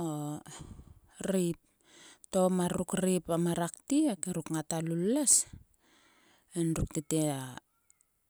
o rrei. To mar ruk rreip mar aktiek ruk ngata lullues endruk tete a.